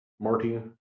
Martin